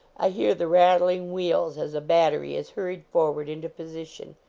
i hear the rat tling wheels as a battery is hurried forward into position.